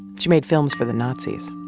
she made films for the nazis